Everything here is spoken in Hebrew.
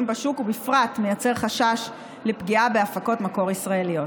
בשוק ומייצר חשש לפגיעה בהפקות מקור ישראליות.